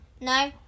No